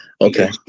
okay